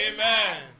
Amen